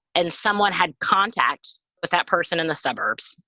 and someone had contact with that person in the suburbs,